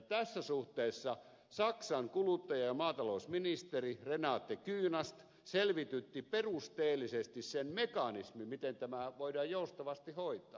tässä suhteessa saksan kuluttaja ja maatalousministeri renate kunast selvitytti perusteellisesti sen mekanismin miten tämä voidaan joustavasti hoitaa